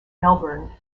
melbourne